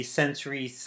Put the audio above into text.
sensory